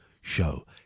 show